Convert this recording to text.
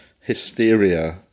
hysteria